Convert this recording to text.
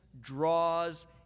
draws